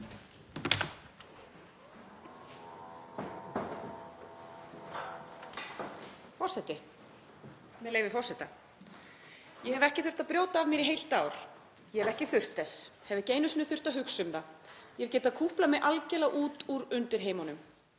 Forseti. Með leyfi forseta: „… ég hef ekki þurft að brjóta af mér í heilt ár. Ég hef ekki þurft þess. Hef ekki einu sinni þurft að hugsa um það […] Ég hef getað kúplað mig algjörlega út úr undirheimunum.“